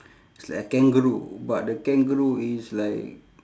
it's like a kangaroo but the kangaroo is like